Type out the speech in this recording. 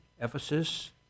Ephesus